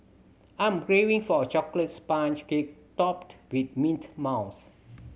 I'm craving for a chocolate sponge cake topped with mint mousse